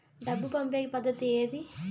డబ్బు పంపేకి పద్దతి ఏది